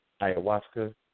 ayahuasca